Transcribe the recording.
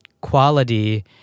quality